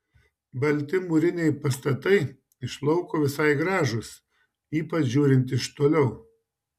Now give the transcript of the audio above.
balti mūriniai pastatai iš lauko visai gražūs ypač žiūrint iš toliau